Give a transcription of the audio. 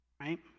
Right